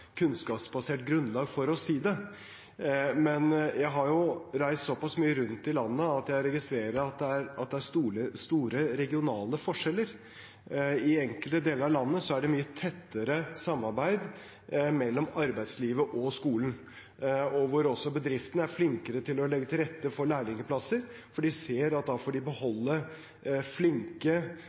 kunnskapsbasert grunnlag for å si det. Men jeg har reist såpass mye rundt i landet at jeg registrerer at det er store regionale forskjeller. I enkelte deler av landet er det mye tettere samarbeid mellom arbeidslivet og skolen, og bedriftene er flinkere til å legge til rette for lærlingplasser, for de ser at da får de beholde flinke